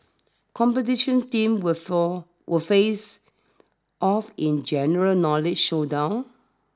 competition teams will for will face off in general knowledge showdown